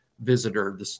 visitor